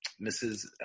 Mrs